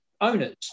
owners